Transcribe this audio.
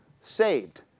saved